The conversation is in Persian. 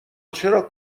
چرا